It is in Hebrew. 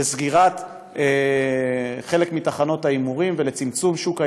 לסגירת חלק מתחנות ההימורים ולצמצום שוק ההימורים,